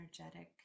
energetic